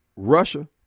Russia